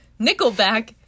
Nickelback